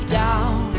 down